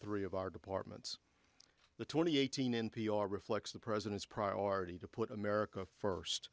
three of our departments the twenty eighteen n p r reflects the president's priority to put america first